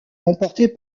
remportée